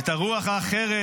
את הרוח האחרת,